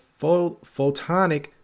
photonic